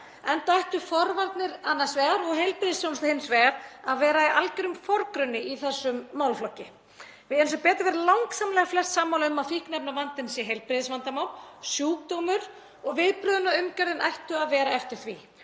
enda ættu forvarnir annars vegar og heilbrigðisþjónustu hins vegar að vera í algjörum forgrunni í þessum málaflokki. Við erum sem betur fer langsamlega flest sammála um að fíkniefnavandinn sé heilbrigðisvandamál, sjúkdómur, og að viðbrögðin og umgjörðin ættu að vera eftir því.